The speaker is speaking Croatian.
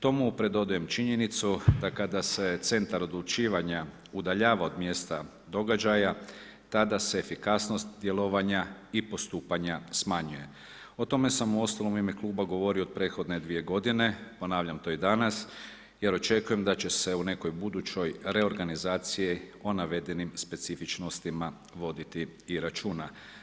Tome pridodajem činjenicu, da kada se centar odlučivanja udaljava od mjesta događaja, tada se efikasnost djelovanja i postupanja smanjuje, o tome sam uostalom u ime kluba govorio u prethodne 2 g., ponavljam to i danas, jer očekujem da će se u nekoj budućoj reorganizaciji o navedenim specifičnostima voditi računa.